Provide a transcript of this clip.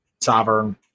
Sovereign